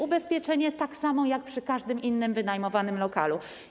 Ubezpieczenie będzie takie samo jak przy każdym innym wynajmowanym lokalu.